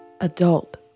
adult